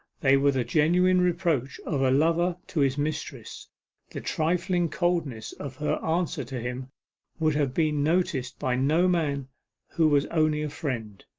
they were the genuine reproach of a lover to his mistress the trifling coldness of her answer to him would have been noticed by no man who was only a friend.